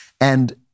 And-